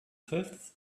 fifth